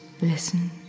listen